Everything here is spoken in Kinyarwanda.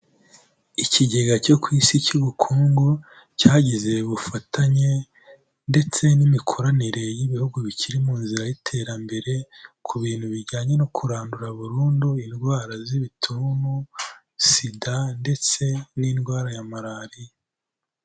Ikigega cyo ku isi cy'ubukungu cyagize ubufatanye ndetse n'imikoranire y'ibihugu bikiri mu nzira y'iterambere, ku bintu bijyanye no kurandura burundu indwara z'ibituntu, SIDA ndetse n'indwara ya malariya.